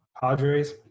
Padres